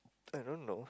I don't know